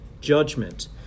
judgment